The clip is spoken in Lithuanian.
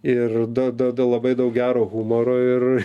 ir da da da labai daug gero humoro ir